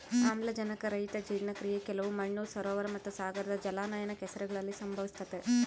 ಆಮ್ಲಜನಕರಹಿತ ಜೀರ್ಣಕ್ರಿಯೆ ಕೆಲವು ಮಣ್ಣು ಸರೋವರ ಮತ್ತುಸಾಗರದ ಜಲಾನಯನ ಕೆಸರುಗಳಲ್ಲಿ ಸಂಭವಿಸ್ತತೆ